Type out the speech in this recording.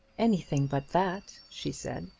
anything but that, she said.